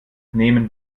nehmen